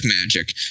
magic